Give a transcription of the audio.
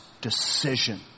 decision